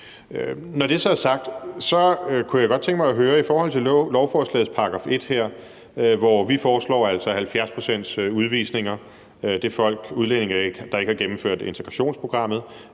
Når det så er sagt, kunne jeg godt tænke mig at høre i forhold til lovforslagets § 1, hvor vi altså foreslår udvisninger af 70 pct. af udlændinge, der ikke har gennemført integrationsprogrammet,